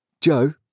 Joe